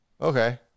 okay